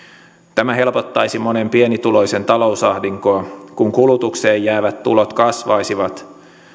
tämä helpottaisi monen pienituloisen talousahdinkoa kun kulutukseen jäävät tulot kasvaisivat